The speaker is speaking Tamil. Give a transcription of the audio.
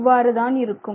இவ்வாறுதான் இருக்கும்